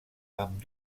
amb